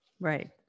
Right